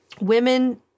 women